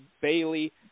Bailey